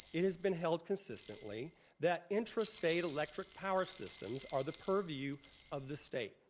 it has been held consistently that intrastate electric power systems are the purview of the state.